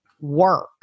work